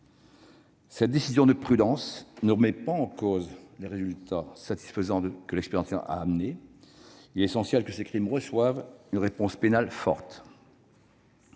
Cette décision de prudence ne remet pas en cause les résultats satisfaisants que l'expérimentation a produits. Il est essentiel que ces crimes reçoivent une réponse pénale forte.